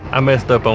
i messed up on